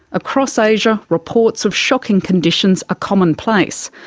across asia, reports of shocking conditions are commonplace.